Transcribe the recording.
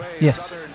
Yes